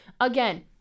again